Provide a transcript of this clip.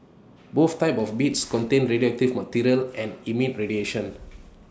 both types of beads contain radioactive material and emit radiation